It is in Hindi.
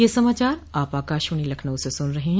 ब्रे क यह समाचार आप आकाशवाणी लखनऊ से सून रहे हैं